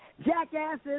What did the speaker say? Jackasses